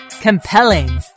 Compelling